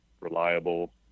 reliable